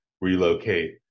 relocate